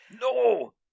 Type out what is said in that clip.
No